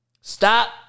Stop